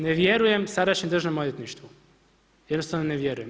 Ne vjerujem sadašnjem državnom odvjetništvu, jednostavno ne vjerujem.